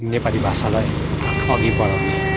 नेपाली भाषालाई अघि बडाउने